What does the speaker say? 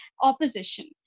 opposition